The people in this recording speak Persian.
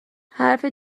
حرف